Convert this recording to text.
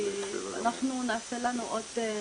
אנחנו נעשה לנו עוד